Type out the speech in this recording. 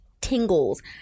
tingles